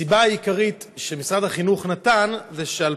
הסיבה העיקרית שמשרד החינוך נתן היא שעל